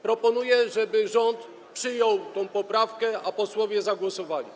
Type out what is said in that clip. Proponuję, żeby rząd przyjął tę poprawkę, a posłowie zagłosowali.